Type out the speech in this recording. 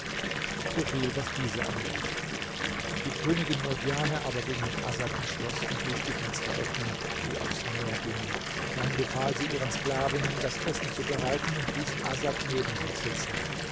absegeln soviel was diese angeht die königin murdjane aber ging mit asad ins schloß und ließ die fenster öffnen die aufs meer gingen dann befahl sie ihren sklavinnen das essen zu bereiten und hieß asad neben sich sitzen